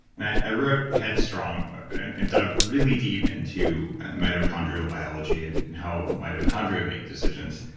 and i i wrote headstrong and and dug really deep into mitochrondrial biology and and how mitochondria make decisions.